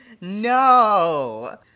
No